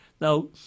Now